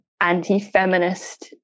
anti-feminist